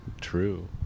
true